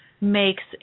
makes